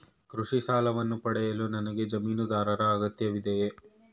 ಕೃಷಿ ಸಾಲವನ್ನು ಪಡೆಯಲು ನನಗೆ ಜಮೀನುದಾರರ ಅಗತ್ಯವಿದೆಯೇ?